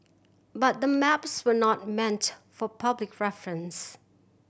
but the maps were not meant for public reference